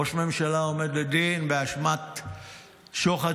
ראש ממשלה עומד לדין באשמת שוחד,